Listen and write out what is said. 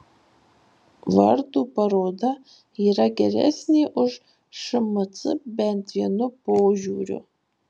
vartų paroda yra geresnė už šmc bent vienu požiūriu